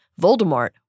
Voldemort